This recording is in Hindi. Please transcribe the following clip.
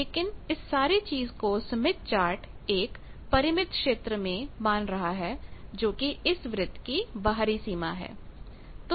लेकिन इस सारी चीज को स्मिथ चार्ट एक परिमित क्षेत्र में मान रहा है जोकि इस वृत्त की बाहरी सीमा है